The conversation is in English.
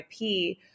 IP